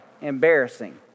Embarrassing